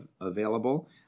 available